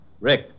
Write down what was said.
Rick